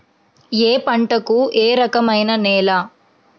ఏ పంటకు ఏ రకమైన నేల?